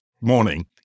morning